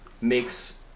makes